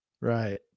Right